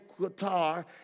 Qatar